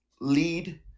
lead